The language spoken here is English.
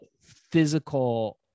physical